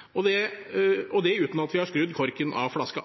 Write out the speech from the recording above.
er nesten forvirrende, og det uten at vi har skrudd korken av flasken.